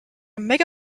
mega